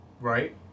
right